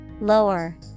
Lower